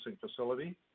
facility